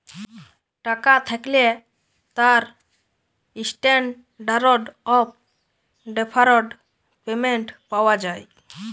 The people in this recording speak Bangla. টাকা থ্যাকলে তার ইসট্যানডারড অফ ডেফারড পেমেন্ট পাওয়া যায়